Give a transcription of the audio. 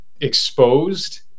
exposed